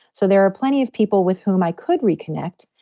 so there are plenty of people with whom i could reconnect.